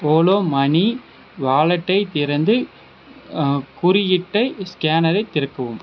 ஓலோ money வாலெட்டை திறந்து குறியீட்டை ஸ்கேனரை திறக்கவும்